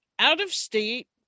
Out-of-state